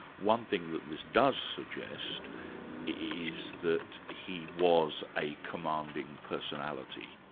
one thing that this does suggest is that he was a commanding personality.